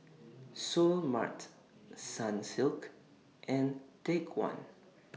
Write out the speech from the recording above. Seoul Mart Sunsilk and Take one